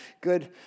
good